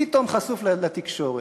פתאום חשוף לתקשורת.